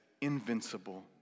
invincible